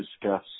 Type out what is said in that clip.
discuss